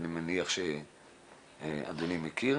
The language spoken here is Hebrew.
ואני מניח שאדוני מכיר.